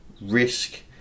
risk